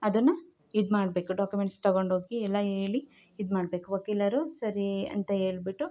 ಅದನ್ನು ಇದುಮಾಡ್ಬೇಕು ಡಾಕುಮೆಂಟ್ಸ್ ತಗೊಂಡು ಹೋಗಿ ಎಲ್ಲ ಹೇಳಿ ಇದುಮಾಡ್ಬೇಕು ವಕೀಲರು ಸರೀ ಅಂತ ಹೇಳ್ಬಿಟ್ಟು